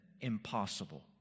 Impossible